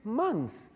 months